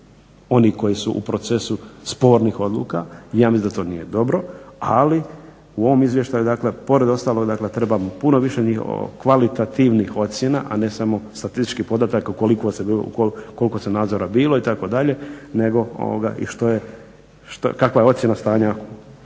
onih koji su u procesu spornih odluka. Ja mislim da to nije dobro, ali u ovom izvještaju pored ostalog dakle treba puno više kvalitativnih ocjena, a ne samo statističkih podataka koliko je nadzora bilo itd. nego i što je, kakva je ocjena stanja toga